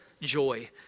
joy